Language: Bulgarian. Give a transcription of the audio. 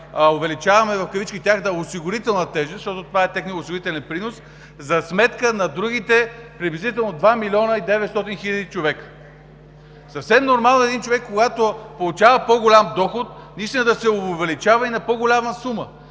увеличаваме тяхната осигурителна тежест в кавички, защото това е техният осигурителен принос за сметка на другите приблизително 2 млн. 900 хиляди човека. Съвсем нормално е един човек, когато получава по-голям доход, наистина да се осигурява на по-голяма сума.